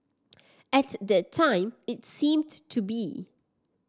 at that time it seemed to be